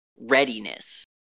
readiness